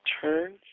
turns